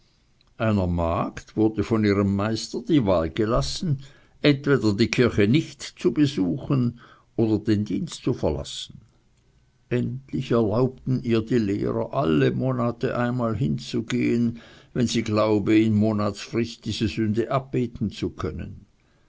einer magd wurde von ihrem meister die wahl gelassen entweder die kirche nicht zu besuchen oder den dienst zu verlassen endlich erlaubten ihr die lehrer alle monate einmal hinzugehen wenn sie glaube in monatsfrist diese sünde abbeten zu können